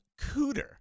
Cooter